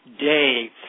day